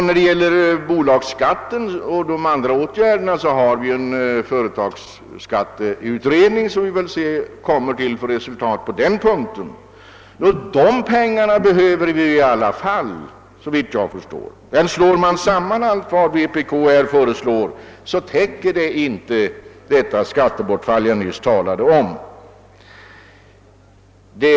När det gäller bolagsskatten och de andra åtgärderna arbetar en företagsskatteutredning vars resultat vi får avvakta på den punkten. De pengar vi här kan få in behöver vi i alla fall, såvitt jag förstår. Sammanräknar man allt vad vpk föreslår är det emellertid uppenbart, att det inte täcker det skattebortfall som jag nyss talade om.